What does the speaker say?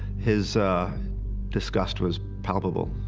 his disgust was palpable.